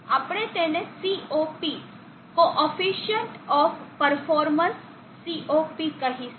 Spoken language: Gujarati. આપણે તેને COP coefficient of performance COP કહીશું